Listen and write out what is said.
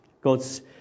God's